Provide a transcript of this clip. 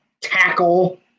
tackle